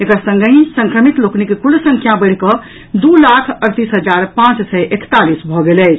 एकर संगहि संक्रमित लोकनिक कुल संख्या बढ़िकऽ दू लाख अड़तीस हजार पांच सय एकतालीस भऽ गेल अछि